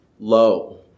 low